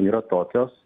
yra tokios